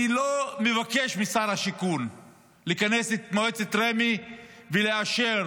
אני לא מבקש משר השיכון לכנס את מועצת רמ"י ולאשר